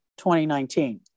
2019